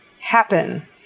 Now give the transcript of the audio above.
happen